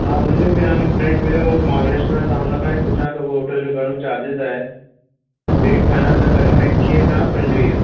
हा मुंहिंजो बि हाणे हिकु फ्रैंड वियो हुओ महाबलेश्वर हुन खां बि पुछां थो होटल जो घणो चार्जिस आहे डेट फाइनल त करणु एकवीह खां पंजुवीह